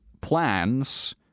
plans